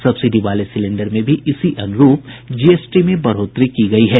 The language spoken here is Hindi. सब्सिडी वाले सिलेंडर में भी इसी अनुरूप जीएसटी में बढ़ोतरी की गयी है